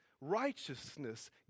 righteousness